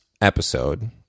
episode